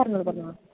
പറഞ്ഞോളൂ പറഞ്ഞോളൂ